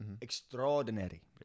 Extraordinary